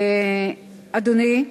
אדוני,